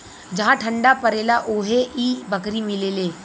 जहा ठंडा परेला उहे इ बकरी मिलेले